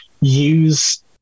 use